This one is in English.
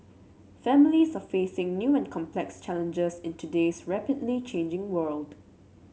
families are facing new and complex challenges in today's rapidly changing world